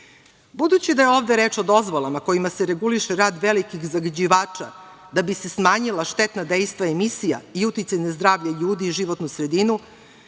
da je ovde reč o dozvolama kojima se reguliše rad velikih zagađivača da bi se smanjila štetna dejstva emisija i uticaj na zdravlje ljudi i životnu sredinu,